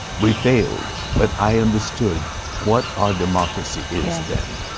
we failed, but i understood what our democracy is then.